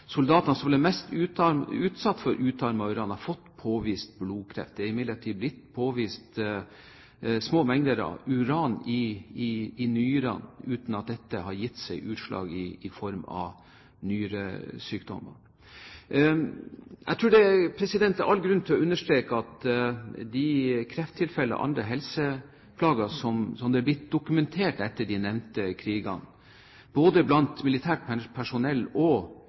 soldatene som ble mest utsatt for utarmet uran, har fått påvist blodkreft. Det er imidlertid blitt påvist små mengder uran i nyrene uten at dette har gitt seg utslag i form av nyresykdom. Jeg tror det er all grunn til å understreke at de krefttilfellene og helseplager som er blitt dokumentert etter de nevnte krigene, både blant militært personell og sivilbefolkning, må ses i sammenheng med at oljelagre og oljeraffineri ble satt i brann. Kjemiske fabrikker og lagre ble bombet, og